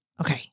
Okay